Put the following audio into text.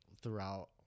throughout